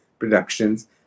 productions